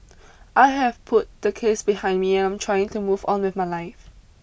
I have put the case behind me and I'm trying to move on with my life